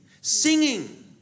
singing